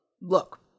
look